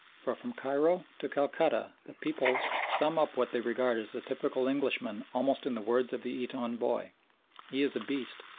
for from cairo to calcutta the peoples sum up what they regard as the typical englishman almost in the words of the eton boy he is a beast,